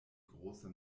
große